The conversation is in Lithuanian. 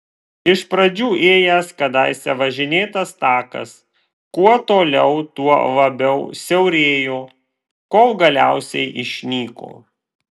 iš pradžių ėjęs kadaise važinėtas takas kuo toliau tuo labiau siaurėjo kol galiausiai išnyko